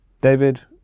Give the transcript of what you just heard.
David